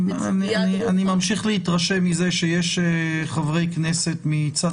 ממשיך להתרשם מזה שיש חברי כנסת מצד